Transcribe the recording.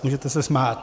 Můžete se smát.